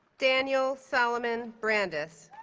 daniel solomon brandes